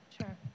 sure